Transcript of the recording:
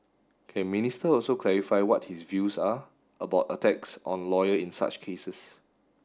can Minister also clarify what his views are about attacks on lawyer in such cases